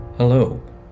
Hello